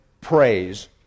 praise